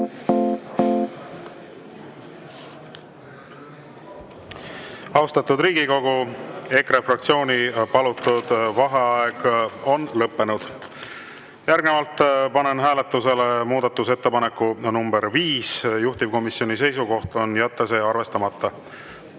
Austatud Riigikogu, EKRE fraktsiooni palutud vaheaeg on lõppenud. Järgnevalt panen hääletusele muudatusettepaneku nr 5, juhtivkomisjoni seisukoht on jätta arvestamata.